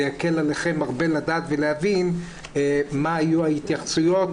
זה ייקל עליכם הרבה לדעת ולהבין מה היו ההתייחסויות.